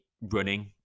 running